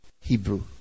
Hebrew